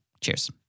Cheers